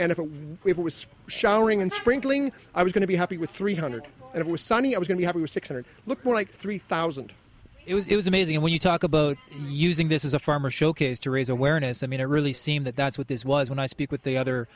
and if it was showering and sprinkling i was going to be happy with three hundred and it was sunny i was going to have six hundred look like three thousand it was it was amazing when you talk about using this is a farmer showcase to raise awareness i mean it really seemed that that's what this was when i speak with the other